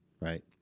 right